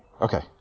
Okay